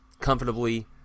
comfortably